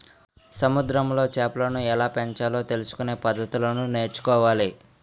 సముద్రములో చేపలను ఎలాపెంచాలో తెలుసుకొనే పద్దతులను నేర్చుకోవాలి